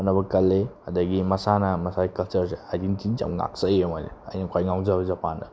ꯍꯣꯠꯅꯕ ꯀꯜꯂꯤ ꯑꯗꯒꯤ ꯃꯁꯥꯅ ꯃꯁꯥꯒꯤ ꯀꯜꯆꯔꯁꯦ ꯑꯥꯏꯗꯦꯟꯇꯤꯇꯤꯁꯦ ꯌꯥꯝ ꯉꯥꯛꯆꯩꯑꯕ ꯃꯣꯏꯁꯦ ꯑꯩꯅ ꯈ꯭ꯋꯥꯏ ꯉꯥꯎꯖꯕꯁꯦ ꯖꯄꯥꯟꯗ